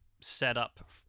setup